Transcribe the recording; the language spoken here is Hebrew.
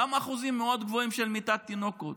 גם אחוזים מאוד גבוהים של מיתת תינוקות,